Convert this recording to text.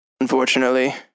unfortunately